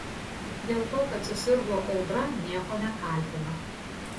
dėl to kad susirgo audra nieko nekaltina